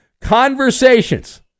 conversations